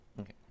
Okay